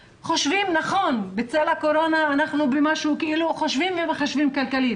נכון, בצל הקורונה אנחנו חושבים ומחשבים כלכלית,